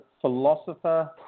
philosopher